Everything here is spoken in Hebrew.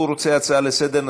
הוא רוצה הצעה לסדר-היום,